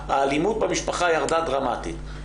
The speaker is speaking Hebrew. האלימות במשפחה ירדה דרמטית,